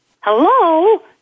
hello